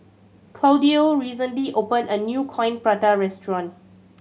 Claudio recently opened a new Coin Prata restaurant